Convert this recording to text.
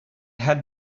had